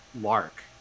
lark